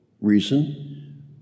reason